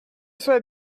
soit